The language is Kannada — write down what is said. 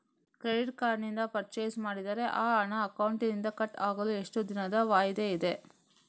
ಕ್ರೆಡಿಟ್ ಕಾರ್ಡ್ ನಿಂದ ಪರ್ಚೈಸ್ ಮಾಡಿದರೆ ಆ ಹಣ ಅಕೌಂಟಿನಿಂದ ಕಟ್ ಆಗಲು ಎಷ್ಟು ದಿನದ ವಾಯಿದೆ ಇದೆ?